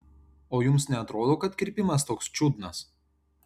o jums neatrodo kad kirpimas toks čiudnas